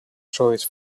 choice